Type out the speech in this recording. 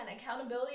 accountability